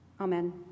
Amen